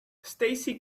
stacey